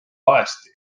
valesti